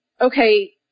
okay